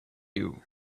you